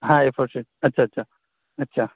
ہاں A four sheet اچھا اچھا اچھا